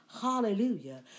hallelujah